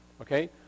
Okay